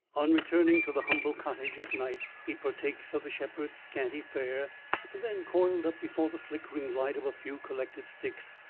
on returning to the humble cottage at night, he partakes of the shepherd's scanty fare and then, coiled up before the flickering light of a few collected sticks,